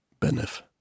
Benef